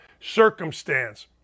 circumstance